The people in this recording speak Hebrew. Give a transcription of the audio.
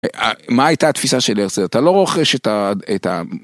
מה הייתה התפיסה של הרצל אתה לא רוכש את ה.. את ה...